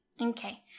okay